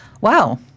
Wow